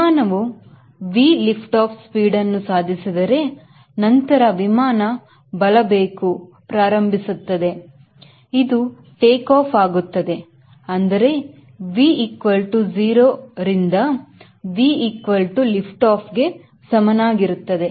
ವಿಮಾನವು ಇ V lift off speed ಅನ್ನು ಸಾಧಿಸಿದರೆ ನಂತರ ವಿಮಾನ ಬಲ ಬೇಕು ಪ್ರಾರಂಭಿಸುತ್ತದೆ ಇದು ಟೇಕ್ಆಫ್ ಆಗುತ್ತದೆ ಅಂದರೆ V0 ರಿಂದ Vlift off ಗೆ ಸಮವಾಗಿರುತ್ತದೆ